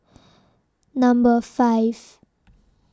Number five